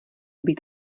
být